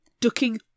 ducking